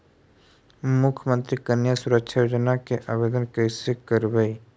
मुख्यमंत्री कन्या सुरक्षा योजना के आवेदन कैसे करबइ?